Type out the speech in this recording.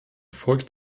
folgt